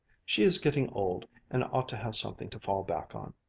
she is getting old and ought to have something to fall back on.